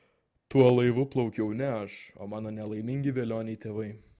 tuo laivu plaukiau ne aš o mano nelaimingi velioniai tėvai